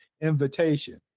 invitation